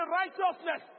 righteousness